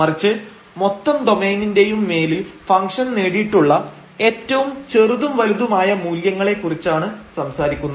മറിച്ച് മൊത്തം ഡൊമൈനിന്റെയും മേലിൽ ഫംഗ്ഷൻനേടിയിട്ടുള്ള ഏറ്റവും ചെറുതും വലുതുമായ മൂല്യങ്ങളെ കുറിച്ചാണ് സംസാരിക്കുന്നത്